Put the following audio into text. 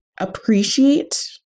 appreciate